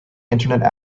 internet